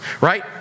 right